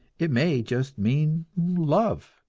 it may just mean love.